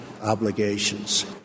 obligations